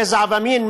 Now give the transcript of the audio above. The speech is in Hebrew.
גזע ומין,